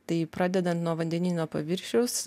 tai pradedant nuo vandenyno paviršiaus